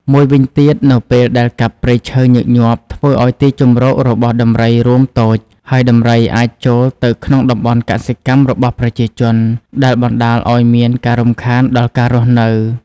មួយវិញទៀតនៅពេលដែលកាប់ព្រៃឈើញឹកញាប់ធ្វើឲ្យទីជម្រករបស់ដំរីរួមតូច ហើយដំរីអាចចូលទៅក្នុងតំបន់កសិកម្មរបស់ប្រជាជន ដែលបណ្តាលឲ្យមានការរំខាន់ដល់ការរស់នៅ។